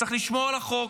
צריך לשמור על החוק.